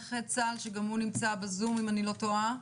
נכה צה"ל שגם הוא נמצא בזום אם אני לא טועה,